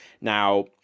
Now